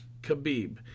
Khabib